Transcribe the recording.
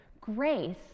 grace